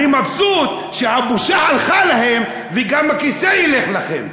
אני מבסוט שהבושה הלכה להם וגם הכיסא ילך לכם,